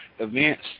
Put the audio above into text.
events